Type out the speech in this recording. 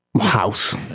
House